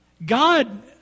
God